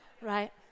Right